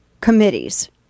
committees